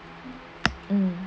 um